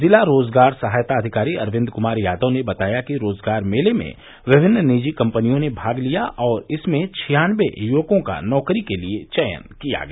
जिला रोजगार सहायता अधिकारी अरविन्द कुमार यादव ने बताया कि रोजगार मेले में विभिन्न निजी कंपनियों ने भाग लिया और इसमें छियानवे युवकों का नौकरी के लिए चयन किया गया